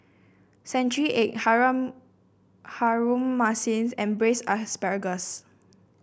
Century Egg Harum Manis and Braised Asparagus